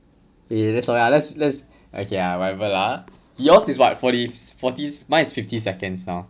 eh very sorry ah let's let's okay lah whatever lah !huh! yours is what forty s~ forty s~ mine is fifty seconds now